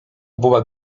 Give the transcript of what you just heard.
była